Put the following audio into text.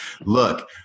look